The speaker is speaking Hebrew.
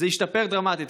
זה ישתפר דרמטית.